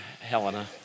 Helena